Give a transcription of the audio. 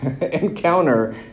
encounter